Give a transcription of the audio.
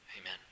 Amen